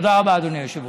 תודה רבה, אדוני היושב-ראש.